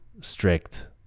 strict